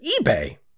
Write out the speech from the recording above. eBay